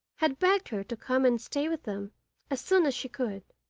had begged her to come and stay with them as soon as she could.